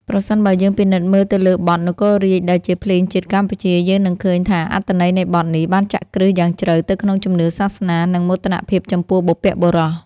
ប្រសិនបើយើងពិនិត្យមើលទៅលើបទ នគររាជ ដែលជាភ្លេងជាតិកម្ពុជា យើងនឹងឃើញថាអត្ថន័យនៃបទនេះបានចាក់គ្រឹះយ៉ាងជ្រៅទៅក្នុងជំនឿសាសនា និងមោទនភាពចំពោះបុព្វបុរស។